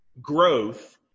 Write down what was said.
growth